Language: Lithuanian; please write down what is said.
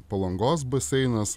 palangos baseinas